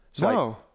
No